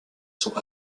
sont